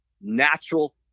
natural